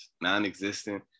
non-existent